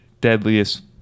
deadliest